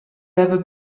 ever